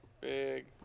Big